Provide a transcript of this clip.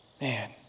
Man